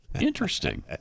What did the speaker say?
Interesting